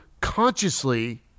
consciously